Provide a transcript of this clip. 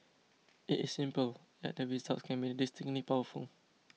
it is simple yet the results can be distinctly powerful